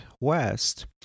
west